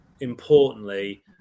importantly